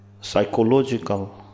psychological